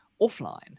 offline